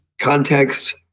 Context